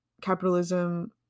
capitalism